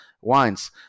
wines